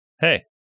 Hey